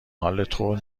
حالتون